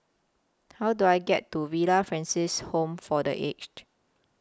How Do I get to Villa Francis Home For The Aged